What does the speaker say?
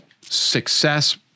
success